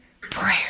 prayer